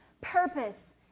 purpose